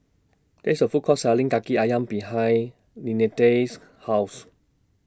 There IS A Food Court Selling Kaki Ayam behind Linette's House